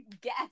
guess